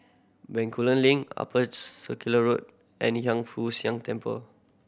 Bencoolen Link Upper Circular Road and Hiang Foo Siang Temple